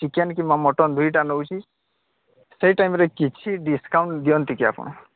chicken କିମ୍ବା mutton ଦୁଇଟା ନେଉଛି ସେଇ ଟାଇମ୍ରେ କିଛି ଡିସ୍କାଉଣ୍ଟ୍ ଦିଅନ୍ତି କି ଆପଣ